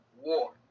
war